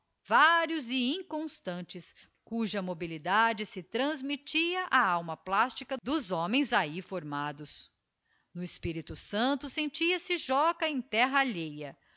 vários e inconstantes cuja mobilidade se transmittia á alma plástica dos homens ahi formados no espirito santo sentia-se joca em terra alheia